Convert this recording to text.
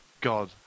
God